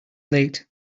late